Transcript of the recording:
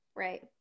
Right